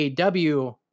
aw